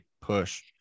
push